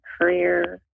career